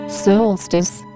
solstice